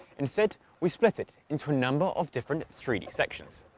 instead we split it into a number of different three d sections.